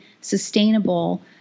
sustainable